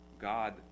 God